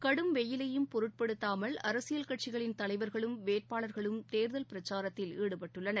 கடும் வெயிலையும் பொருட்படுத்தாமல் அரசியல் கட்சிகளின் தலைவர்களும் வேட்பாளர்களும் தேர்தல் பிரச்சாரத்தில் ஈடுபட்டுள்ளனர்